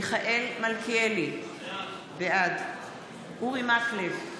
מיכאל מלכיאלי, בעד אורי מקלב,